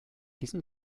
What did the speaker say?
diesem